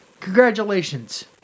Congratulations